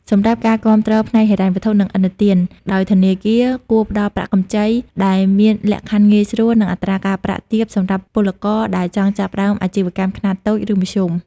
សម្រាប់ការគាំទ្រផ្នែកហិរញ្ញវត្ថុ និងឥណទាន ដោយធនាគារ គួរផ្តល់ប្រាក់កម្ចីដែលមានលក្ខខណ្ឌងាយស្រួល និងអត្រាការប្រាក់ទាបសម្រាប់ពលករដែលចង់ចាប់ផ្តើមអាជីវកម្មខ្នាតតូច ឬមធ្យម។